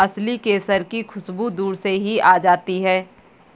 असली केसर की खुशबू दूर से ही आ जाती है